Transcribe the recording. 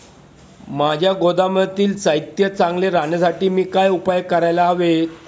माझ्या गोदामातील साहित्य चांगले राहण्यासाठी मी काय उपाय काय करायला हवेत?